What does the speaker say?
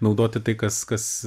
naudoti tai kas kas